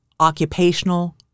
occupational